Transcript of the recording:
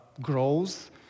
grows